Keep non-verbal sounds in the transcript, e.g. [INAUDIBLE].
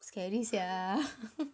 scary sia [LAUGHS]